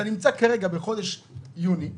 אתה נמצא כרגע בחודש יוני,